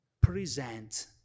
present